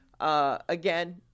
Again